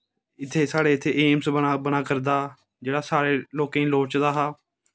इत्थें साढ़े इत्थें एम्स बना करदा जेह्ड़ा सारें लोड़चदा हा